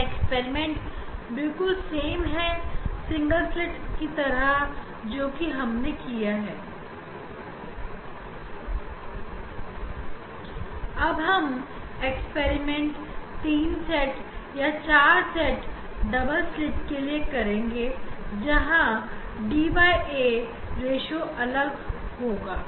यह एक्सपेरिमेंट बिल्कुल सेम है सिंगल स्लिट की तरह जो कि हमने किया है हम एक्सपेरिमेंट 3 सेट या चार सेट डबल स्लिट के लिए करेंगे जहां da रेश्यो अलग हुआ